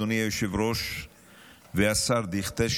אדוני היושב-ראש והשר דיכטר,